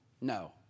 No